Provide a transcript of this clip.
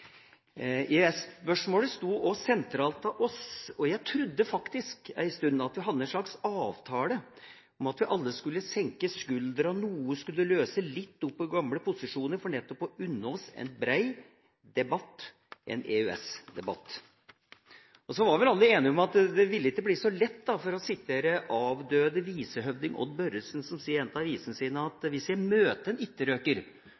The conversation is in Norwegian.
sto også sentralt for oss, og jeg trodde faktisk en stund at vi hadde en slags avtale om at vi alle skulle senke skuldrene noe, skulle løse litt opp i gamle posisjoner, for nettopp å unne oss en brei debatt – en EØS-debatt. Og så var vel alle enige om at det ville ikke bli så lett. Avdøde visehøvding Odd Børretzen sier i en av visene sine: